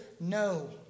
No